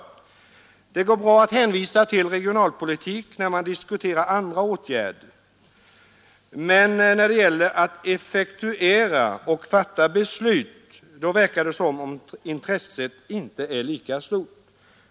Det går bra att hänvisa till regionalpolitik när man diskuterar andra åtgärder, men när det gäller att fatta beslut och effektuera den verkar det som om intresset inte vore lika stort.